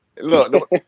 Look